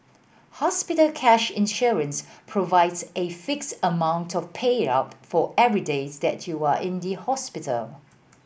hospital cash insurance provides a fixed amount of payout for every days that you are in the hospital